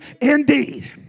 indeed